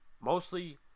Mostly